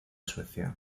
suecia